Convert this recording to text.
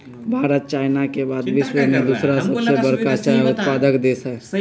Bharat China के बाद विश्व में दूसरा सबसे बड़का चाय उत्पादक देश हई